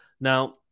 Now